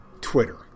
Twitter